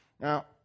Now